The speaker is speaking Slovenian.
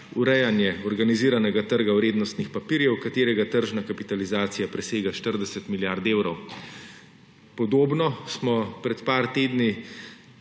urejanje organiziranega trga vrednostnih papirjev, katerega tržna kapitalizacija presega 40 milijard evrov. Podobno smo pred nekaj tedni